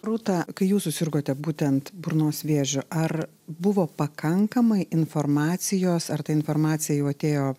rūta kai jūs susirgote būtent burnos vėžiu ar buvo pakankamai informacijos ar ta informacija jau atėjo